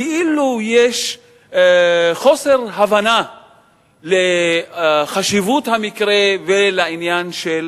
כאילו יש חוסר הבנה לחשיבות המקרה ולעניין של